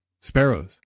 Sparrows